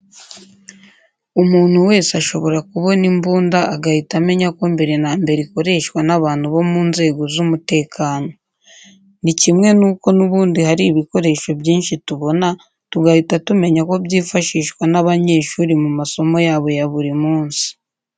Umuntu wese ashobora kubona imbunda agahita amenya ko mbere na mbere ikoreshwa n'abantu bo mu nzego z'umutekano. Ni kimwe n'uko n'ubundi hari ibikoresho byinshi tubona tugahita tumenya ko byifashishwa n'abanyeshuri mu masomo yabo ya buri munsi.